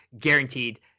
guaranteed